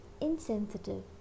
insensitive